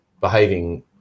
behaving